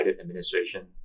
administration